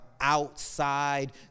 outside